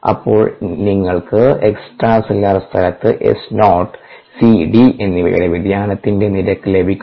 അപ്പോൾ നിങ്ങൾക്ക് extra cellular സ്ഥലത്തു S നോട്ട് C D എന്നിവയുടെ വ്യതിയാനത്തിന്റെ നിരക്ക് ലഭിക്കും